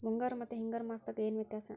ಮುಂಗಾರು ಮತ್ತ ಹಿಂಗಾರು ಮಾಸದಾಗ ಏನ್ ವ್ಯತ್ಯಾಸ?